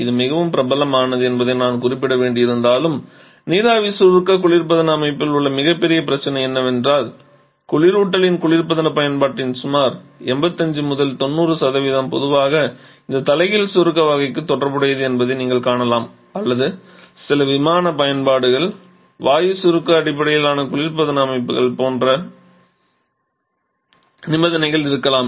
இது மிகவும் பிரபலமானது என்பதை நான் குறிப்பிட வேண்டியிருந்தாலும் நீராவி சுருக்க குளிர்பதன அமைப்பில் உள்ள மிகப்பெரிய பிரச்சினை என்னவென்றால் குளிரூட்டலின் குளிர்பதன பயன்பாட்டின் சுமார் 85 90 பொதுவாக இந்த தலைகீழ் சுருக்க வகைக்கு தொடர்புடையது என்பதை நீங்கள் காணலாம் அல்லது சில விமான பயன்பாடுகள் வாயு சுருக்க அடிப்படையிலான குளிர்பதன அமைப்புகள் போன்ற நிபந்தனைகள் இருக்கலாம்